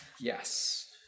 Yes